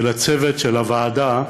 ולצוות של הוועדה,